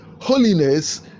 Holiness